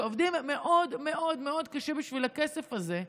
שעובדים מאוד מאוד מאוד קשה בשביל הכסף הזה,